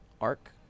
arc